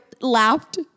laughed